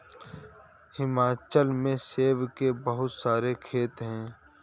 हिमाचल में सेब के बहुत सारे खेत हैं